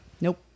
Nope